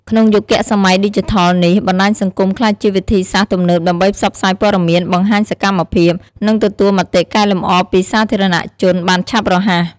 ក្នុងយុគសម័យឌីជីថលនេះ បណ្ដាញសង្គមក្លាយជា វិធីសាស្រ្តទំនើបដើម្បីផ្សព្វផ្សាយព័ត៌មាន បង្ហាញសកម្មភាព និងទទួលមតិកែលម្អពីសាធារណជនបានឆាប់រហ័ស។